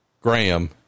Graham